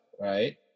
right